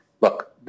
Look